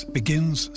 begins